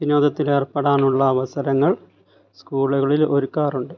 വിനോദത്തിലേർപ്പെടാനുള്ള അവസരങ്ങൾ സ്കൂളുകളിൽ ഒരുക്കാറുണ്ട്